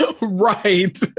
right